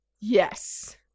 Yes